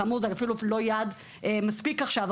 וזה כאמור אפילו לא יעד מספיק עכשיו,